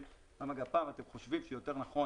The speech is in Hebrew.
לגבי הגפ"ם אתם חושבים שיותר נכון